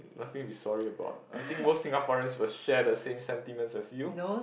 nothing to be sorry about I think most Singaporeans will share the same sentiments as you